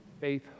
faith